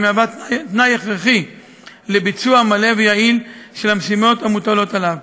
והיא תנאי הכרחי לביצוע מלא ויעיל של המשימות המוטלות עליו.